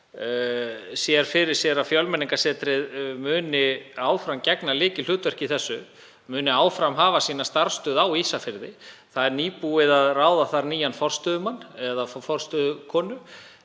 sér fyrir sér að Fjölmenningarsetrið muni áfram gegna lykilhlutverki í þessu og muni áfram hafa sína starfsstöð á Ísafirði. Það er nýbúið að ráða þar nýja forstöðukonu,